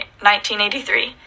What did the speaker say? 1983